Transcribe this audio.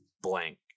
blank